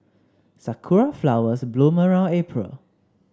sakura flowers bloom around April